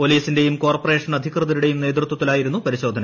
പൊലീസിന്റെയും corporation അധികൃത്രുടെയും നേതൃത്വത്തിലായിരുന്നു പരിശോധന